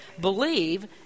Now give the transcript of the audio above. believe